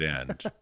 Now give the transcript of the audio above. end